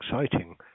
exciting